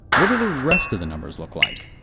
what do the rest of the numbers look like?